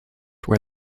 where